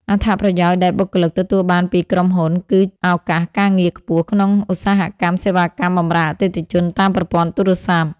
អត្ថប្រយោជន៍ដែលបុគ្គលិកទទួលបានពីក្រុមហ៊ុន គឺឱកាសការងារខ្ពស់ក្នុងឧស្សាហកម្មសេវាកម្មបម្រើអតិថិជនតាមប្រព័ន្ធទូរស័ព្ទ។